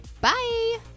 Bye